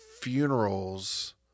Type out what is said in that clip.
Funerals